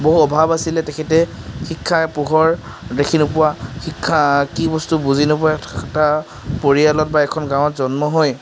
বহু অভাৱ আছিলে তেখেতে শিক্ষাৰ পোহৰ দেখি নোপোৱা শিক্ষা কি বস্তু বুজি নোপোৱা এটা পৰিয়ালত বা এখন গাঁৱত জন্ম হৈ